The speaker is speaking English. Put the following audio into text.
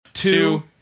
Two